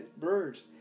birds